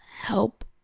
help